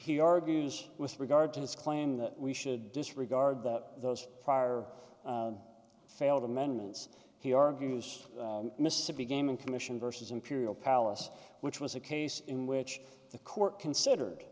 he argues with regard to his claim that we should disregard that those prior failed amendments he argues mississippi gaming commission versus imperial palace which was a case in which the court considered